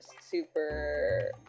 super